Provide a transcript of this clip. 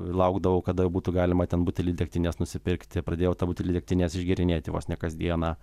laukdavau kada būtų galima ten butelį degtinės nusipirkti pradėjau tą butelį degtinės išgėrinėti vos ne kasdieną